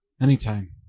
anytime